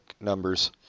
numbers